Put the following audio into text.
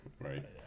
Right